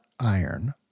iron